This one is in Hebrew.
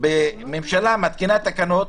ממשלה מתקינה תקנות,